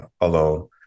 alone